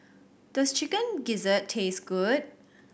does Chicken Gizzard taste good